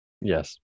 Yes